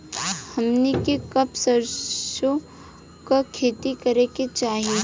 हमनी के कब सरसो क खेती करे के चाही?